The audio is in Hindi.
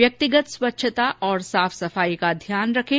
व्यक्तिगत स्वच्छता और साफ सफाई का ध्यान रखें